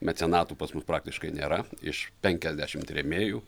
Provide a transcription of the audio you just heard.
mecenatų pas mus praktiškai nėra iš penkiasdešimt rėmėjų